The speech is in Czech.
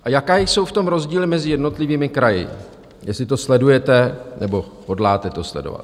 A jaké jsou v tom rozdíly mezi jednotlivými kraji, jestli to sledujete nebo hodláte to sledovat?